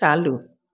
चालू